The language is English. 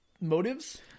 motives